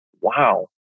wow